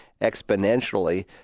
exponentially